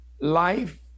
life